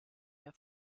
mehr